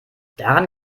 daran